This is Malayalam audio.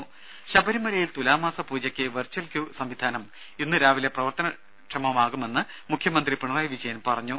രുമ ശബരിമലയിൽ തുലാമാസ പൂജയ്ക്ക് വിർച്വൽ ക്യൂ സംവിധാനം ഇന്ന് രാവിലെ പ്രവർത്തന ക്ഷമമാകുമെന്ന് മുഖ്യമന്ത്രി പിണറായി വിജയൻ പറഞ്ഞു